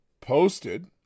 posted